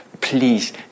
Please